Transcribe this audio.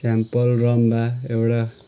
झ्याम्पल रम्भा एउटा